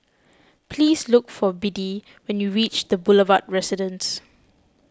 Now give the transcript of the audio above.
please look for Biddie when you reach the Boulevard Residence